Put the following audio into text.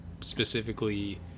specifically